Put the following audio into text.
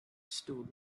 stool